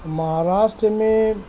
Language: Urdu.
مہاراشٹر میں